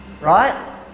right